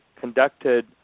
conducted